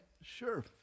sure